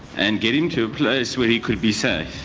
and get him to a place where he could be safe.